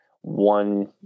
one